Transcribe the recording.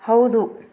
ಹೌದು